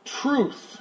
truth